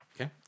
Okay